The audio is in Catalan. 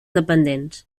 dependents